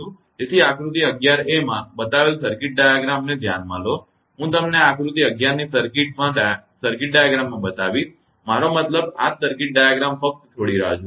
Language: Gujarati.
તેથી આકૃતિ 11 a માં બતાવેલા સર્કિટ ડાયાગ્રામને ધ્યાનમાં લો હું તમને આ આકૃતિ 11 ની સર્કિટ ડાયાગ્રામ બતાવીશ મારો મતલબ કે આ જ સર્કિટ ડાયાગ્રામ ફક્ત થોડી રાહ જુઓ